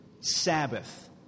Sabbath